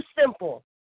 simple